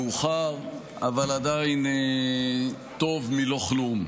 מאוחר אבל עדיין טוב מלא כלום.